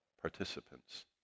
participants